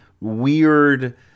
weird